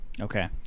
Okay